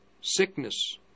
sickness